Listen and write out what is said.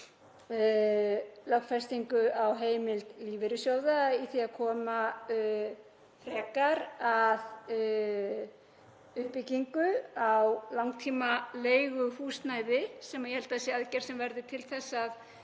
lögfestingu á heimild lífeyrissjóða til að koma frekar að uppbyggingu á langtímaleiguhúsnæði, sem ég held að sé aðgerð sem verður til þess að